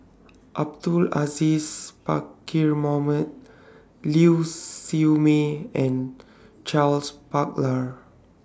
Abdul Aziz Pakkeer Mohamed Liew Siew May and Charles Paglar